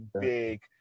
Big